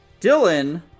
Dylan